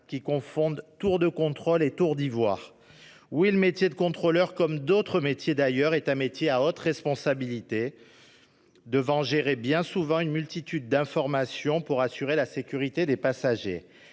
-qui confondent tour de contrôle et tour d'ivoire ! Oui, le métier de contrôleur- comme d'autres métiers, d'ailleurs -est un métier à haute responsabilité ; ceux qui l'exercent doivent gérer une multitude d'informations pour assurer la sécurité des passagers.